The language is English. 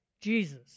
Jesus